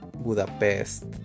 Budapest